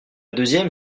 deuxième